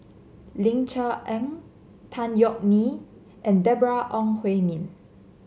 Ling Cher Eng Tan Yeok Nee and Deborah Ong Hui Min